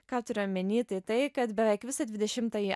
ką turiu omeny tai tai kad beveik visą dvidešimtąjį